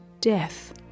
death